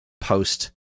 post